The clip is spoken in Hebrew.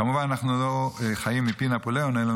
כמובן שאנחנו לא חיים מפי נפוליאון,